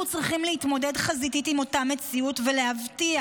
אנחנו צריכים להתמודד חזיתית עם אותה מציאות ולהבטיח